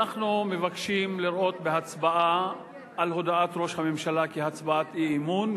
אנחנו מבקשים לראות בהצבעה על הודעת ראש הממשלה הצבעת אי-אמון,